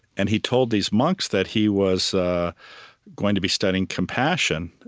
and he told these monks that he was going to be studying compassion,